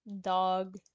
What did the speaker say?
Dog